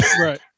Right